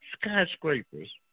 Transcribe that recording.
skyscrapers